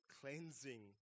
cleansing